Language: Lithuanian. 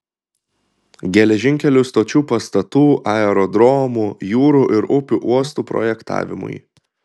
geležinkelių stočių pastatų aerodromų jūrų ir upių uostų projektavimui